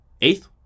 eighth